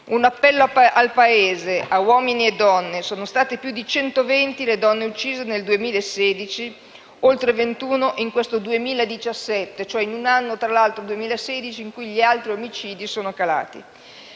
Un appello al Paese, a uomini e donne: sono state più di 120 le donne uccise nel 2016 e oltre 21 in questo 2017. Tra l'altro, il 2016 è un anno in cui gli altri omicidi sono calati.